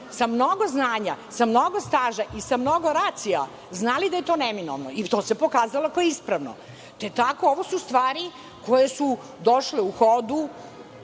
sa mnogo znanja, sa mnogo staža i sa mnogo racija, znali da je to neminovno. I to se pokazalo kao ispravno. Te tako, ovo su stvari koje su došle u hodu. Da